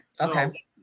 Okay